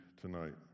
tonight